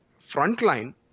Frontline